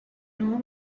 know